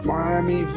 Miami